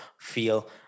feel